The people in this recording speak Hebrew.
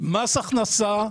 מס הכנסה.